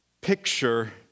picture